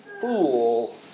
fool